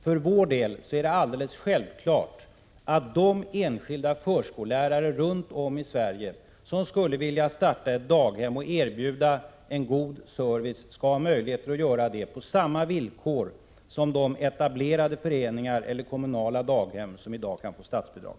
För oss är det alldeles självklart att enskilda förskollärare som vill starta ett daghem och erbjuda en god service skall ha möjligheter att göra det på samma villkor som de etablerade föreningar eller kommunala daghem som i dag kan få statsbidrag.